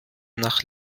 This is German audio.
nach